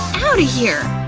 outta here!